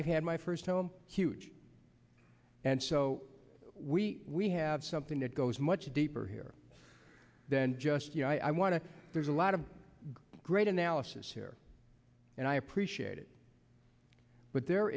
i had my first home huge and so we we have something that goes much deeper here than just you know i want to there's a lot of great analysis here and i appreciate it but there